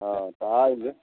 हाँ तो आइए